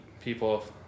people